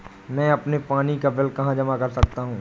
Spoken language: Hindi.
मैं अपने पानी का बिल कहाँ जमा कर सकता हूँ?